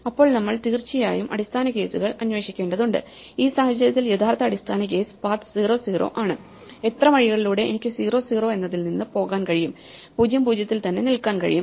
അപ്പോൾ നമ്മൾ തീർച്ചയായും അടിസ്ഥാന കേസുകൾ അന്വേഷിക്കേണ്ടതുണ്ട് ഈ സാഹചര്യത്തിൽ യഥാർത്ഥ അടിസ്ഥാന കേസ് paths 0 0 ആണ് എത്ര വഴികളിലൂടെ എനിക്ക് 0 0 എന്നതിൽ നിന്ന് പോകാൻ കഴിയും 0 0 യിൽ തന്നെ നിൽക്കാൻ കഴിയും